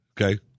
Okay